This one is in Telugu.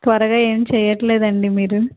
త్వరగా ఏం చేయట్లేదండి మీరు